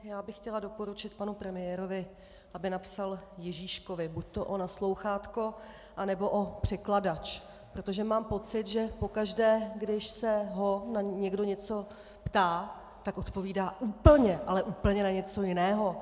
Já bych chtěla doporučit panu premiérovi, aby napsal Ježíškovi buďto o naslouchátko, anebo o překladač, protože mám pocit, že pokaždé, když se ho někdo na něco ptá, tak odpovídá úplně, ale úplně na něco jiného.